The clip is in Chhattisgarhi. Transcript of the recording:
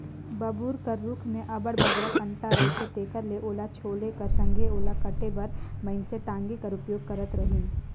बबूर कर रूख मे अब्बड़ बगरा कटा रहथे तेकर ले ओला छोले कर संघे ओला काटे बर मइनसे टागी कर उपयोग करत रहिन